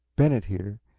bennett, here,